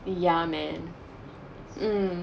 yeah man mm